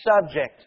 subject